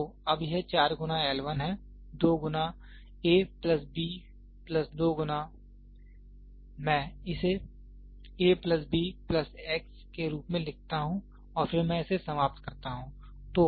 तो अब यह 4 गुना L 1 है 2 गुना a प्लस b प्लस 2 गुना मैं इसे a plus b plus x के रूप में लिखता हूं और फिर मैं इसे समाप्त करता हूं